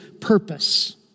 purpose